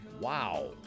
Wow